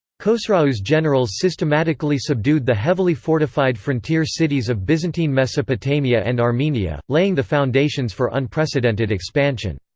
khosrau's generals systematically subdued the heavily fortified frontier cities of byzantine mesopotamia and armenia, laying the foundations for unprecedented expansion.